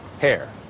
hair